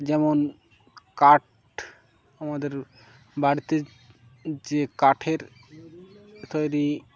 যেমন কাঠ আমাদের বাড়িতে যে কাঠের তৈরি